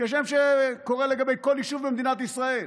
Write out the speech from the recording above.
כשם שקורה לגבי כל יישוב במדינת ישראל.